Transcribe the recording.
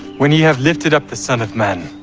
when you have lifted up the son of man,